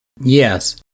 Yes